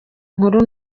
nkuru